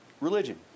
Religion